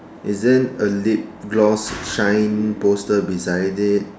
is there a lip gloss shine poster beside it